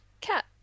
cat